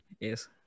Yes